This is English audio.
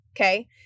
Okay